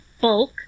bulk